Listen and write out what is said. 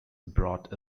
brought